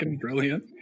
brilliant